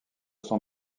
son